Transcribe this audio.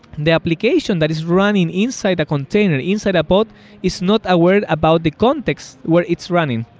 and the application that is running inside the container, inside a pod is not aware about the context where its running.